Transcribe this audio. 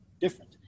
different